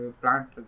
plant